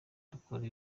dukora